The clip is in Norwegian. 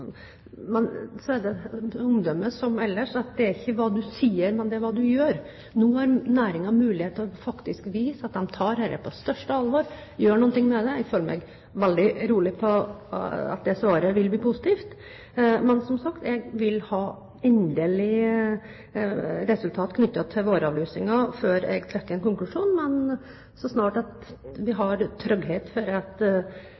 så er det med omdømme som ellers, at det er ikke hva du sier, men hva du gjør. Nå har næringen mulighet til faktisk å vise at de tar dette på største alvor, og gjøre noe med det. Jeg føler meg veldig rolig for at svaret vil bli positivt. Men som sagt, jeg vil ha endelig resultat knyttet til våravlusingen før jeg trekker en konklusjon, men så snart vi har trygghet for at